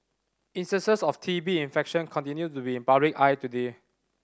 instances of T B infection continue to be in public eye today